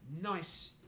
nice